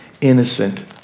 innocent